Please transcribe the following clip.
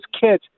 kids